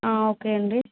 okay అండి